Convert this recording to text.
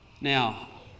Now